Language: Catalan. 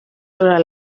sobre